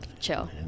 chill